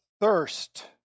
thirst